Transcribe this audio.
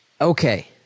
Okay